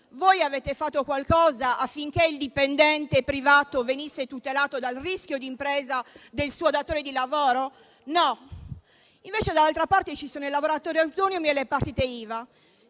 Voi avete fatto qualcosa affinché il dipendente privato venga tutelato dal rischio d'impresa del suo datore di lavoro? No. Invece, dall'altra parte, ci sono i lavoratori autonomi e le partite IVA,